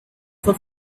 for